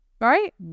right